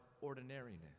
ordinariness